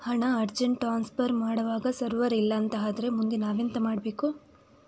ಹಣ urgent transfer ಮಾಡ್ವಾಗ server ಇಲ್ಲಾಂತ ಆದ್ರೆ ಮುಂದೆ ನಾವೆಂತ ಮಾಡ್ಬೇಕು?